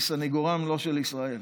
לסנגורם, לא של ישראל.